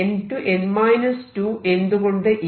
An→n 2 എന്തുകൊണ്ട് ഇല്ല